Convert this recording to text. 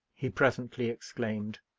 he presently exclaimed.